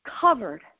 covered